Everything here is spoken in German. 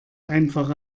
einfach